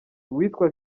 uwitwa